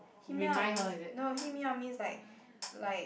hit me up it means no hit me up means like like